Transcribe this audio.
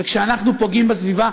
וכשאנחנו פוגעים בסביבה,